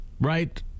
right